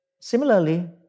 Similarly